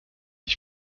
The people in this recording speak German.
ich